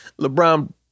LeBron